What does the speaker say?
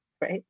right